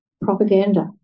Propaganda